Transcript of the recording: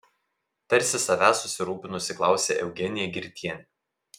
tarsi savęs susirūpinusi klausė eugenija girtienė